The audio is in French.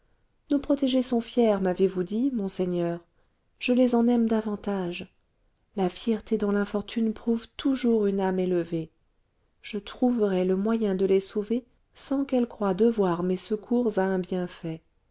nos protégées sont fières m'avez-vous dit monseigneur je les en aime davantage la fierté dans l'infortune prouve toujours une âme élevée je trouverai le moyen de les sauver sans qu'elles croient devoir mes secours à un bienfait